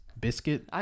biscuit